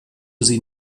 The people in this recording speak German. sie